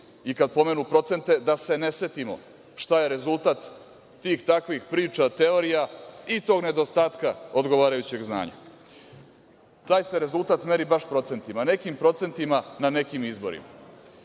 spomenuh procente, da se ne setimo šta je rezultat tih i takvih priča, teorija i tog nedostatka odgovarajućeg znanja. Taj se rezultat meri baš procentima, nekim procentima na nekim izborima.